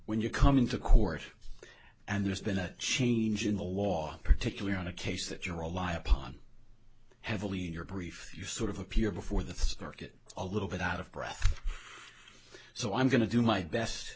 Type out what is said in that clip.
when you come into court and there's been a change in the law particularly on a case that you're a lie upon heavily in your brief you sort of appear before the circuit a little bit out of breath so i'm going to do my best